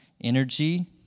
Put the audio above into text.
energy